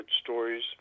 stories